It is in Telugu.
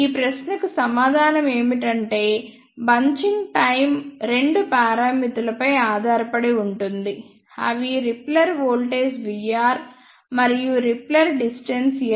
ఈ ప్రశ్నకు సమాధానం ఏమిటంటే బంచింగ్ టైమ్ రెండు పారామితులపై ఆధారపడి ఉంటుంది అవి రిపెల్లర్ వోల్టేజ్ Vr మరియు రిపెల్లర్ డిస్టెన్స్ L